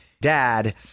dad